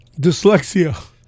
dyslexia